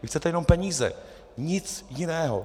Vy chcete jenom peníze, nic jiného!